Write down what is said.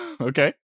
Okay